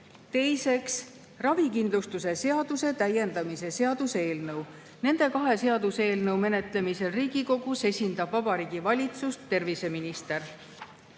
Teiseks, ravikindlustuse seaduse täiendamise seaduse eelnõu. Nende kahe seaduseelnõu menetlemisel Riigikogus esindab Vabariigi Valitsust terviseminister.